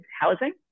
housing